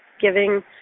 giving